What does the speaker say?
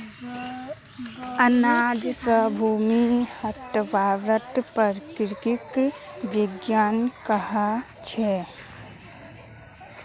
अनाज स भूसी हटव्वार प्रक्रियाक विनोइंग कह छेक